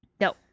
No